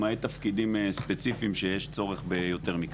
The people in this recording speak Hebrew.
למעט תפקידים ספציפיים שיש צורך ביותר מכך.